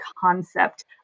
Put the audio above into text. concept